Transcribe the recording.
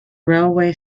railway